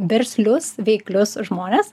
verslius veiklius žmones